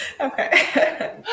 Okay